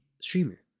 streamer